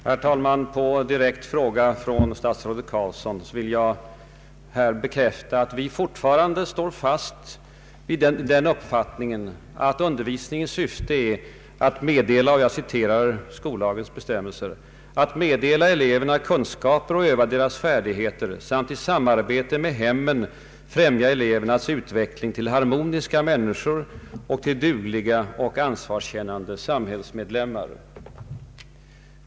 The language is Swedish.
Herr talman! På direkt fråga av statsrådet Carlsson vill jag bekräfta att vi fortfarande står fast vid den uppfattningen att undervisningens syfte är att — som det heter i skollagens bestämmelser — meddela eleverna kunskaper och öva deras färdigheter samt i samarbete med hemmen främja elevernas utveckling till harmoniska människor och till dugliga och ansvarskännande samhällsmedlemmar.